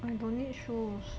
I don't need shoes